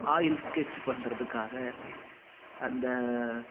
oils sketch பண்ணுறதுக்காக அந்த